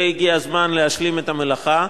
והגיע הזמן להשלים את המלאכה.